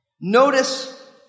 notice